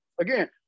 Again